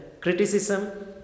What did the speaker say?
criticism